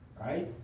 right